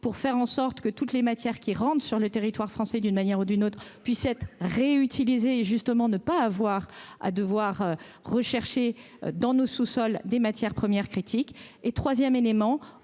pour faire en sorte que toutes les matières qui rentrent sur le territoire français, d'une manière ou d'une autre puisse être réutilisé et justement ne pas avoir à devoir rechercher dans nos sous-sols des matières premières critiques et 3ème élément,